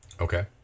Okay